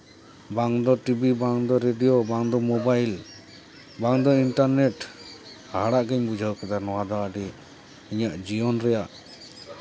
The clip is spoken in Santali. ᱵᱟᱝ ᱫᱚ ᱴᱤᱵᱷᱤ ᱵᱟᱝ ᱫᱚ ᱨᱮᱰᱤᱭᱳ ᱵᱟᱝ ᱫᱚ ᱢᱳᱵᱟᱭᱤᱞ ᱵᱟᱝ ᱫᱚ ᱤᱱᱴᱟᱨᱱᱮᱴ ᱦᱟᱦᱟᱲᱟᱜ ᱜᱮᱧ ᱵᱩᱡᱷᱟᱹᱣ ᱠᱮᱫᱟ ᱱᱚᱣᱟ ᱫᱚ ᱟᱹᱰᱤ ᱤᱧᱟᱹᱜ ᱡᱤᱭᱚᱱ ᱨᱮᱭᱟᱜ